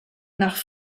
nach